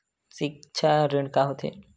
सिक्छा ऋण का होथे?